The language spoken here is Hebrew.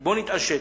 בוא נתעשת.